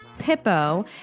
Pippo